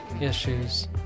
issues